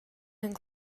and